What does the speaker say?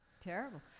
terrible